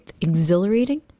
exhilarating